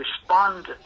respond